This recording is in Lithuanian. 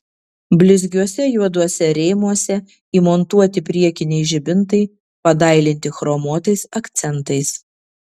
blizgiuose juoduose rėmuose įmontuoti priekiniai žibintai padailinti chromuotais akcentais